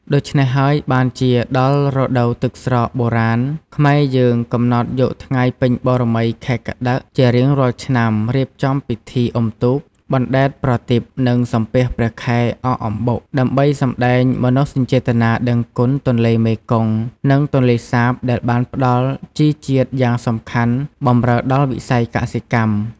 ដូច្នេះហើយបានជាដល់ រដូវទឹកស្រកបុរាណ ខ្មែរយើងកំណត់យកថ្ងៃពេញបូណ៌មី ខែកត្តិក ជារៀងរាល់ឆ្នាំ រៀបចំពិធីអុំទូក បណ្តែតប្រទីប និងសំពះព្រះខែ អកអំបុក ដើម្បីសម្តែងមនោសញ្ចេតនាដឹងគុណទន្លេមេគង្គ និងទន្លេសាបដែលបានផ្តល់ជីជាតិយ៉ាងសំខាន់បម្រើដល់វិស័យកសិកម្ម។